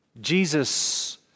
Jesus